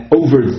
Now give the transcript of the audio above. over